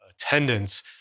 attendance